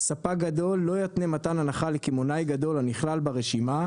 ספק גדול לא יתנה מתן הנחה לקמעונאי גדול הנכלל ברשימה,